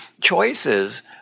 choices